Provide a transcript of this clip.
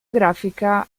grafica